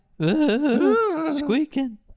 Squeaking